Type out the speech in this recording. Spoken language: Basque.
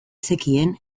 zekien